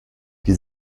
die